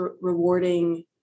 rewarding